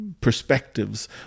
perspectives